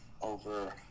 over